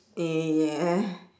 yeah